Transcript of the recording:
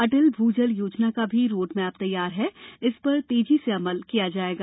अटल भूजल योजना का भी रोडमैप तैयार हैए इस पर तेजी अमल किया जाएगा